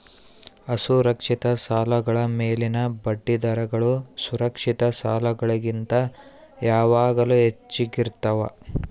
ಅಸುರಕ್ಷಿತ ಸಾಲಗಳ ಮೇಲಿನ ಬಡ್ಡಿದರಗಳು ಸುರಕ್ಷಿತ ಸಾಲಗಳಿಗಿಂತ ಯಾವಾಗಲೂ ಹೆಚ್ಚಾಗಿರ್ತವ